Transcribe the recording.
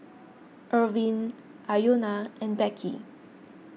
Irvine Iona and Becky